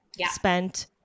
spent